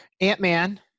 Ant-Man